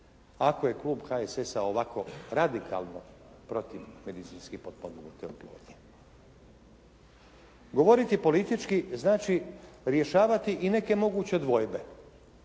ako je klub HSS-a ovako radikalno protiv medicinsko potpomognute oplodnje. Govoriti politički znači rješavati i neke moguće dvojbe,